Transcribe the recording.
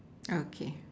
okay